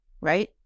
right